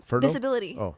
disability